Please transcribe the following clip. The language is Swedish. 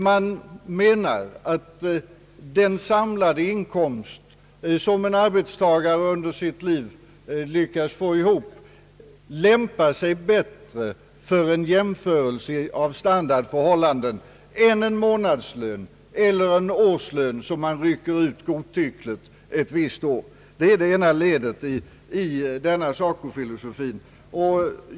Man menar att den samlade inkomst som en arbetstagare under sitt liv lyckas få ihop lämpar sig bättre för en jämförelse av standardförhållanden än en godtyckligt vald månadslön eller årslön. Det är det ena ledet i denna SACO-filosofi.